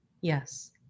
Yes